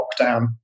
lockdown